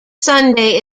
sunday